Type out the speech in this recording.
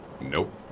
Nope